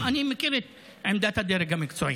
אני מכיר את עמדת הדרג המקצועי.